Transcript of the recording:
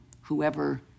whoever